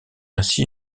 ainsi